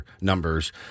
numbers